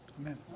Amen